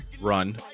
Run